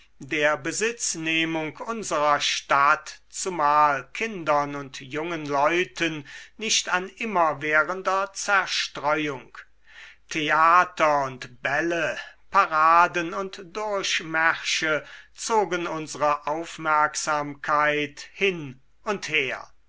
der besitznehmung unserer stadt zumal kindern und jungen leuten nicht an immerwährender zerstreuung theater und bälle paraden und durchmärsche zogen unsere aufmerksamkeit hin und her